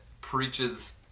preaches